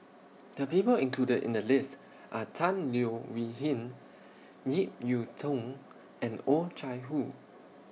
The People included in The list Are Tan Leo Wee Hin Ip Yiu Tung and Oh Chai Hoo